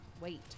wait